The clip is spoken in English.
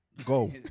Go